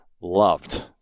loved